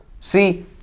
See